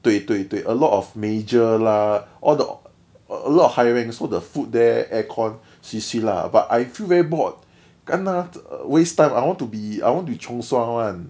对对对 a lot of major lah all the a lot of higher rank so the food there aircon swee swee lah but I feel very bored waste time I want to be I want to chiong sua one